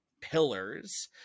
pillars